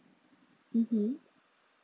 mmhmm